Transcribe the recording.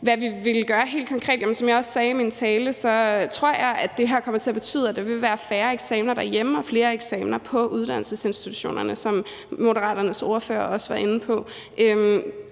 hvad vi vil gøre helt konkret, tror jeg, som jeg også sagde i min tale, at det her kommer til at betyde, at der vil være færre eksamener derhjemme og flere eksamener på uddannelsesinstitutionerne, hvilket Moderaternes ordfører også var inde på.